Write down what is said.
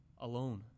alone